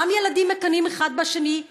גם ילדים מקנאים אחד בשני,